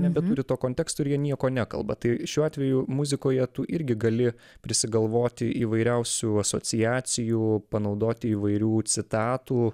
nebturi to konteksto ir jie nieko nekalba tai šiuo atveju muzikoje tu irgi gali prisigalvoti įvairiausių asociacijų panaudoti įvairių citatų